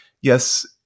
Yes